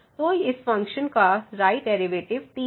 तो इस फंकशन का राइट डेरिवेटिव 3 है